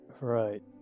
Right